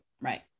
Right